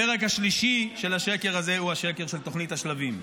הפרק השלישי של השקר הזה הוא השקר של תוכנית השלבים.